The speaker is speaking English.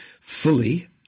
fully